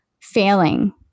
failing